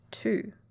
Two